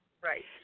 Right